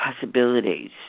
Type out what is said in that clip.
possibilities